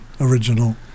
original